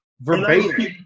Verbatim